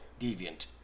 deviant